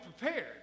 prepared